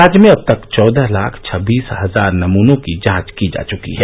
राज्य में अब तक चौदह लाख छबीस हजार नमूनों की जांच की जा चुकी हैं